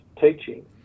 teaching